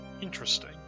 Interesting